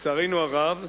לצערנו הרב,